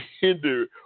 hinder